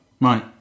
right